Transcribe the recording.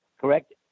correct